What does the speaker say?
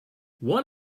one